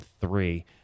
three